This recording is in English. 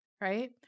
right